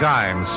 Time